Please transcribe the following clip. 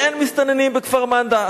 ואין מסתננים בכפר-מנדא.